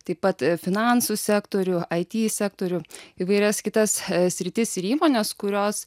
taip pat finansų sektorių it sektorių įvairias kitas sritis ir įmones kurios